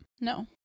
no